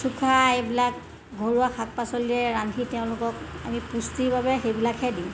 এইবিলাক ঘৰুৱা শাক পাচলিৰে ৰান্ধি তেওঁলোকক আমি পুষ্টিৰ বাবে সেইবিলাকহে দিওঁ